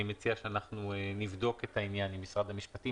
אני מציע שאנחנו נבדוק את העניין עם משרד המשפטים,